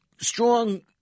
Strong